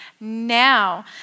now